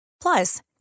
Plus